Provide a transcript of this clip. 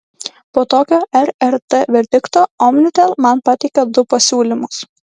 po tokio rrt verdikto omnitel man pateikė du pasiūlymus